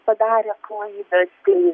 padarė klaidą kai